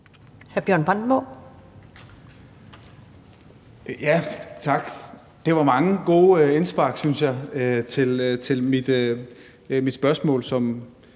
Bjørn Brandenborg (S): Tak. Det var mange gode indspark, synes jeg, på mit spørgsmål, som